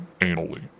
anally